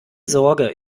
sorge